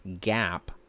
gap